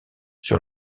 sur